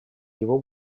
его